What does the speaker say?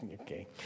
Okay